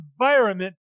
environment